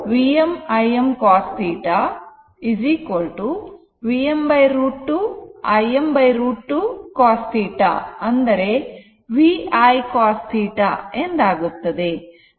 ಆದ್ದರಿಂದ ಇದು 12 Vm Im cos θ Vm √ 2 Im √ 2 cos θ ಅಂದರೆ V I cos θ ಎಂದಾಗುತ್ತದೆ